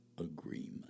agreement